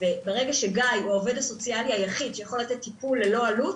וברגע שגיא הוא העובד הסוציאלי היחיד שיכול לתת טיפול ללא עלות,